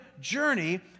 journey